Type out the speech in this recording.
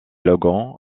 logan